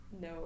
no